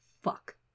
Fuck